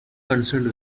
concerned